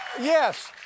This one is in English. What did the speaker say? Yes